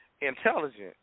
intelligent